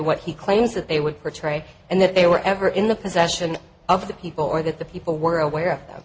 what he claims that they would portray and that they were ever in the possession of the people or that the people were aware of th